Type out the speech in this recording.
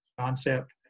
Concept